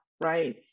right